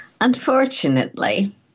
Unfortunately